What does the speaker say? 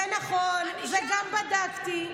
זה נכון, וגם בדקתי.